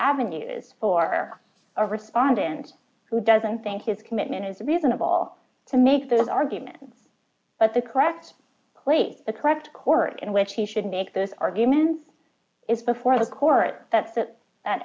avenues for a respondents who doesn't think his commitment is reasonable to make those arguments but the correct place the correct court in which he should make this argument is before the court that